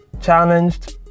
challenged